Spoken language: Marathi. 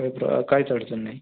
काही प्र काहीच अडचण नाही